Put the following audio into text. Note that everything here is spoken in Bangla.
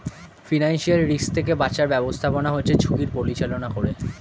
ফিনান্সিয়াল রিস্ক থেকে বাঁচার ব্যাবস্থাপনা হচ্ছে ঝুঁকির পরিচালনা করে